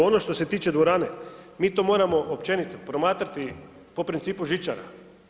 Ono što se tiče dvorane, mi to moramo općenito promatrati po principu žičara.